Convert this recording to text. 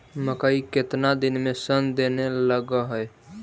मकइ केतना दिन में शन देने लग है?